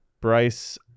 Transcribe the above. bryce